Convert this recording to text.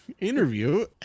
interview